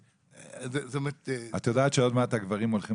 זה --- את יודעת שעוד מעט הגברים הולכים